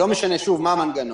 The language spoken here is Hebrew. לא משנה מה המנגנון,